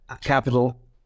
capital